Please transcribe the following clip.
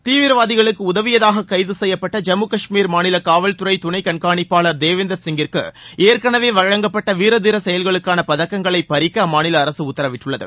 தீவிரவாதிகளுக்கு உதவியதாக கைது செய்யப்பட்ட ஜம்மு கஷ்மீர் மாநில காவல்துறை துணை கண்காணிப்பாளா் தேவிந்தா் சிங்கிற்கு ஏற்கனவே வழங்கப்பட்ட வீரதீர செயல்களுக்கான பதக்கங்களை பறிக்க அம்மாநில அரசு உத்தரவிட்டுள்ளது